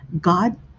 god